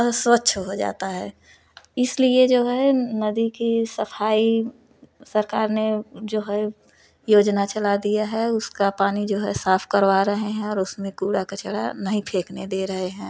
अस्वच्छ हो जाता है इसलिए जो है नदी की सफाई सरकार ने जो है योजना चला दिया है उसका पानी जो है साफ़ करवा रहे हैं और उसमें कूड़ा कचरा नहीं फेकने दे रहे हैं